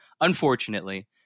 unfortunately